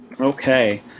Okay